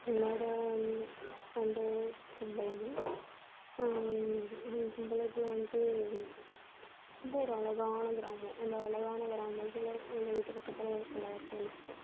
என்னோட சொந்த ஊர் தும்பளம்பூர் அந்த தும்பளத்தில் வந்துட்டு ரொம்ப ஒரு அழகான கிராமம் அந்த அழகான கிராமத்தில் எங்கள் வீட்டு பக்கத்தில் ஒரு பிள்ளையார் கோவில் இருக்கும்